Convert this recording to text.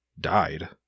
died